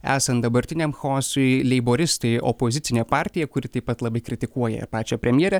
esant dabartiniam chaosui leiboristai opozicinė partija kuri taip pat labai kritikuoja pačią premjerę